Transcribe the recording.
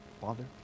Father